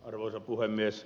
arvoisa puhemies